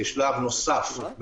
כשלב נוסף.